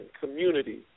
community